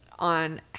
on